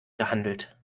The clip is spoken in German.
gehandelt